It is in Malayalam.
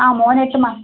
അ മോൻ എട്ട് മാസം